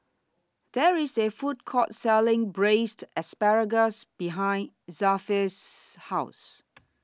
There IS A Food Court Selling Braised Asparagus behind Zelpha's House